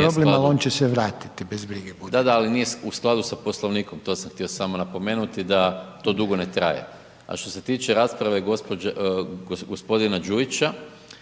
problem, ali on će se vratiti, bez brige budite./... Da, da, ali nije u skladu sa Poslovnikom, to sam htio samo napomenuti da to dugo ne traje. A što se tiče rasprave g. Đujića,